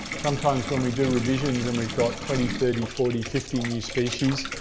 sometimes when we do revisions and we've got twenty, thirty, forty, fifty new species,